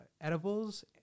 edibles